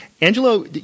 Angelo